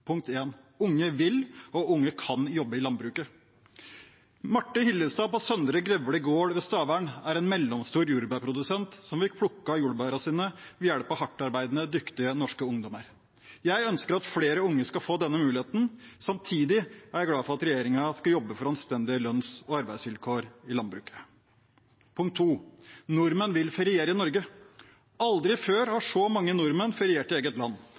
Punkt 1: Unge vil og unge kan jobbe i landbruket. Marthe Hillestad på Søndre Grevle gård ved Stavern er en mellomstor jordbærprodusent som fikk plukket jordbærene sine ved hjelp av hardtarbeidende, dyktige norske ungdommer. Jeg ønsker at flere unge skal få denne muligheten. Samtidig er jeg glad for at regjeringen skal jobbe for anstendige lønns- og arbeidsvilkår i landbruket. Punkt 2: Nordmenn vil feriere i Norge. Aldri før har så mange nordmenn feriert i eget land,